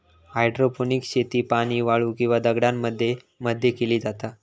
hydroponics शेती पाणी, वाळू किंवा दगडांमध्ये मध्ये केली जाता